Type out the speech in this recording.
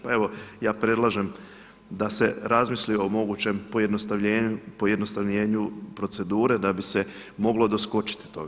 Pa evo, ja predlažem da se razmisli o mogućem pojednostavljenju procedure da bi se moglo doskočiti tome.